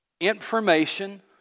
Information